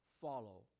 follow